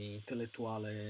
intellettuale